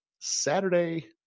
Saturday